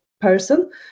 person